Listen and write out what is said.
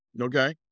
Okay